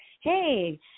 hey